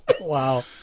Wow